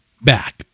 back